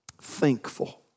thankful